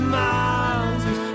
miles